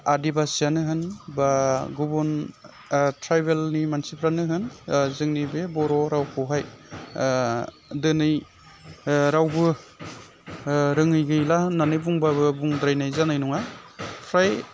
आदिबासियानो होन बा गुबुन ट्रायबेलनि मानसिफ्रानो होन जोंनि बे बर' रावखौहाय दिनै रावबो रोङै गैला होननानै बुंबाबो बुंद्रायनाय जानाय नङा फ्राय